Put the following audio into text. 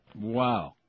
Wow